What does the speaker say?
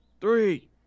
Three